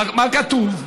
מה כתוב?